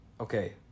Okay